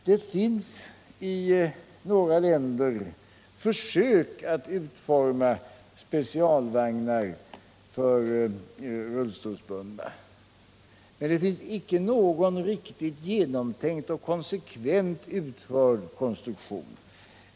Det har i några länder gjorts försök att utforma specialvagnar för rullstolsbundna. Men det finns icke någon riktigt genomtänkt och konsekvent utförd konstruktion.